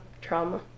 trauma